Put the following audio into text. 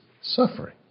suffering